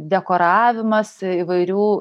dekoravimas įvairių